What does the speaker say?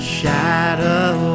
shadow